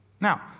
Now